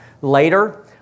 later